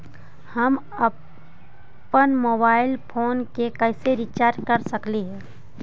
हम अप्पन mobile phone के कैसे रिचार्ज कर सकली हे?